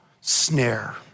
snare